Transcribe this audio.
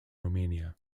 romania